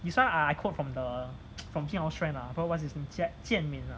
this one I quote from the jing hao friend ah forgot what's his name jian ming ah